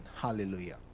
hallelujah